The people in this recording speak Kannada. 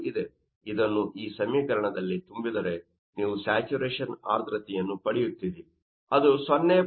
ಇದನ್ನು ಈ ಸಮೀಕರಣದಲ್ಲಿ ತುಂಬಿದರೆ ನೀವು ಸ್ಯಾಚುರೇಶನ್ ಆರ್ದ್ರತೆಯನ್ನು ಪಡೆಯುತ್ತೀರಿ